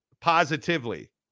positively